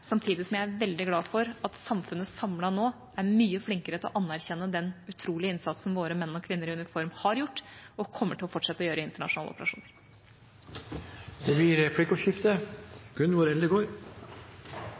samtidig som jeg er veldig glad for at samfunnet samlet nå er mye flinkere til å anerkjenne den utrolige innsatsen våre menn og kvinner i uniform har gjort og kommer til å fortsette å gjøre i internasjonale operasjoner. Det blir replikkordskifte.